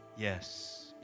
Yes